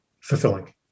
fulfilling